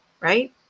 right